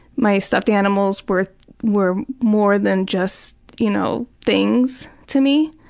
my stuffed animals were were more than just you know things to me.